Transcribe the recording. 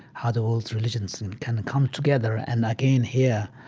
how the world's religions and and kind of come together. and again here,